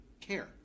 care